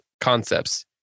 concepts